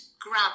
grab